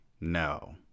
no